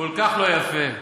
כל כך לא יפה.